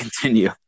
continue